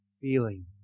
feeling